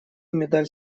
медаль